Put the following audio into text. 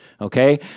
Okay